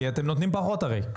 כי אתם נותנים פחות הרי,